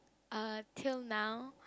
uh till now